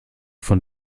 von